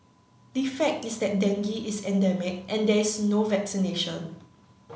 the fact is that dengue is endemic and there is no vaccination